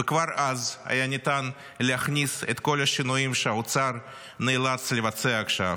וכבר אז היה ניתן להכניס את כל השינויים שהאוצר נאלץ לבצע עכשיו.